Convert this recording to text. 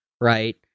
right